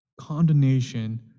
condemnation